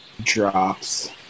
drops